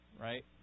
right